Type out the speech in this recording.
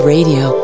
Radio